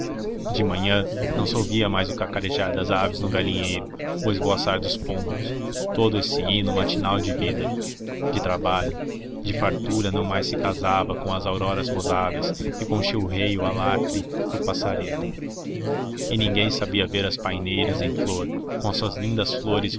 de manhã não se ouvia mais o cacarejar das aves no galinheiro o esvoaçar dos pombos todo esse hino matinal de vida de trabalho de fartura não mais se casava com as auroras rosadas e com o chilreio álacre do passaredo e ninguém sabia ver as paineiras em flor com as suas lindas flores